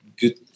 good